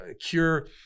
cure